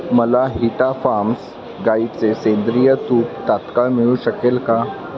मला हिटा फार्म्स गाईचे सेंद्रिय तूप तात्काळ मिळू शकेल का